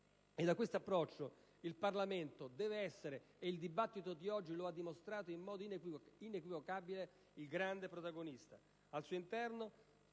In questo approccio il Parlamento deve essere - ed il dibattito di oggi lo ha dimostrato in modo inequivocabile - il grande protagonista.